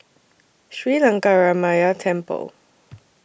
Sri Lankaramaya Temple